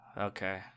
Okay